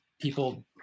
people